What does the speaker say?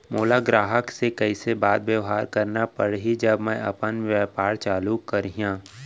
मोला ग्राहक से कइसे बात बेवहार करना पड़ही जब मैं अपन व्यापार चालू करिहा?